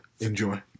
Enjoy